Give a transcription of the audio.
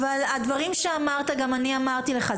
אבל הדברים שאמרת גם אני אמרתי לך,